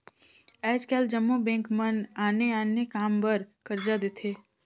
आएज काएल जम्मो बेंक मन आने आने काम बर करजा देथे